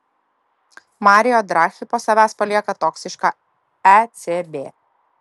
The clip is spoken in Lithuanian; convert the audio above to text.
mario draghi po savęs palieka toksišką ecb